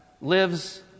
lives